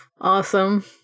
Awesome